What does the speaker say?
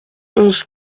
onze